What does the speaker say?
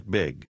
big